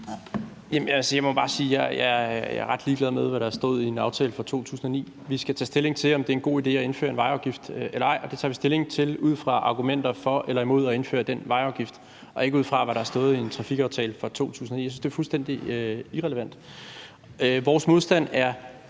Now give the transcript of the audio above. jeg er ret ligeglad med, hvad der har stået i en aftale fra 2009. Vi skal tage stilling til, om det er en god idé at indføre en vejafgift eller ej, og det tager vi stilling til ud fra argumenter for eller imod at indføre den vejafgift og ikke ud fra, hvad der har stået i en trafikaftale fra 2009. Jeg synes, det er fuldstændig irrelevant. Vores modstand er